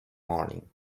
morning